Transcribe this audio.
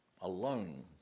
alone